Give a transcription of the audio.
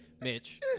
Mitch